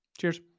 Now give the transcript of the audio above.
Cheers